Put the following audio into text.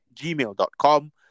gmail.com